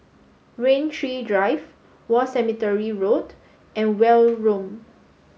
Rain Tree Drive War Cemetery Road and Welm Road